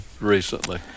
recently